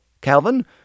Calvin